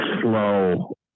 slow